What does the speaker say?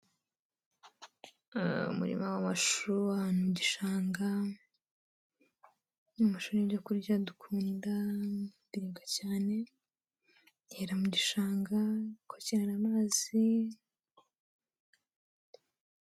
Umurima w'amashu, ahantu mu Gishanga, ni amashu y'ibyo kurya dukunda, biribwa cyane byerera mu gishanga, ku byegera amazi.